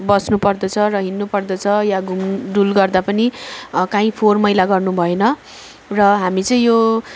बस्नु पर्दछ र हिँड्नु पर्दछ वा घुमडुल गर्दा पनि कहीँ फोहोर मैला गर्नु भएन र हामी चाहिँ यो